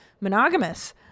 monogamous